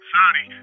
Sorry